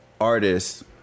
artists